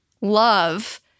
Love